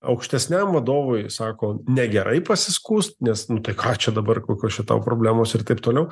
aukštesniam vadovui sako negerai pasiskųst nes nu tai ką čia dabar kokios čia tau problemos ir taip toliau